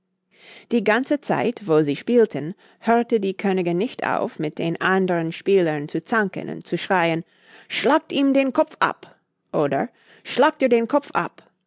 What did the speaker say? die ganze zeit wo sie spielten hörte die königin nicht auf mit den andern spielern zu zanken und zu schreien schlagt ihm den kopf ab oder schlagt ihr den kopf ab